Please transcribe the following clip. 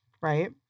Right